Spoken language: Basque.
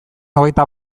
hogeita